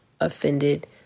offended